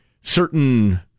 certain